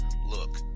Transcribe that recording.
Look